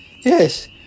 yes